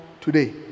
today